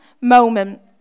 moment